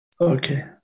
Okay